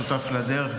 שותף לדרך,